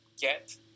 get